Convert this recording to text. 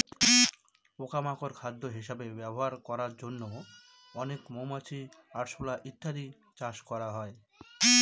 পোকা মাকড় খাদ্য হিসেবে ব্যবহার করার জন্য অনেক মৌমাছি, আরশোলা ইত্যাদি চাষ করা হয়